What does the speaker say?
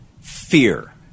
fear